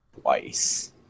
twice